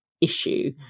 issue